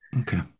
Okay